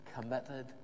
committed